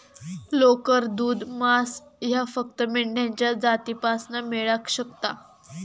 लोकर, दूध, मांस ह्या फक्त मेंढ्यांच्या जातीपासना मेळाक शकता